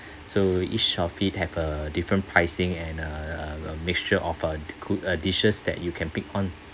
so each of it have a different pricing and uh a a mixture of a cuis~ uh dishes that you can pick on